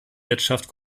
wirtschaft